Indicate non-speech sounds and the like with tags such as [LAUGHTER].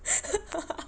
[LAUGHS]